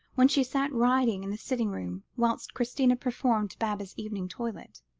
when she sat writing in the sitting-room, whilst christina performed baba's evening toilette.